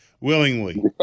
willingly